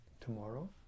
tomorrow